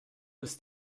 ist